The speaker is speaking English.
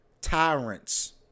tyrants